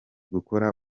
gukora